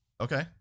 Okay